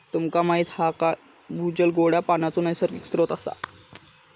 तुमका माहीत हा काय भूजल गोड्या पानाचो नैसर्गिक स्त्रोत असा